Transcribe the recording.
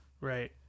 Right